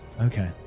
okay